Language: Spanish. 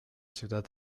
ciudad